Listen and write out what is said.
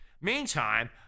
Meantime